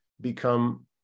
become